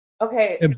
Okay